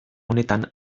honetan